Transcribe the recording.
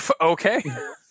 Okay